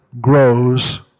grows